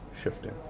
shifting